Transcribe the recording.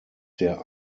der